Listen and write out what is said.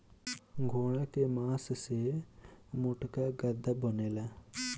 घोड़ा के मास से मोटका गद्दा बनेला